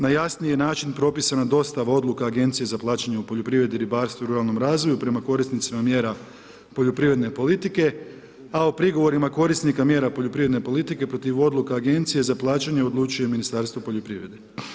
Na jasniji je način propisana dostava odluka Agenciji za plaćanje u poljoprivredi, ribarstvu i ruralnom razvoju prema korisnicima mjera poljoprivredne politike, a o prigovorima korisnika mjera poljoprivredne politike protiv odluka Agencije za plaćanje odlučuje Ministarstvo poljoprivrede.